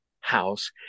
house